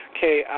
Okay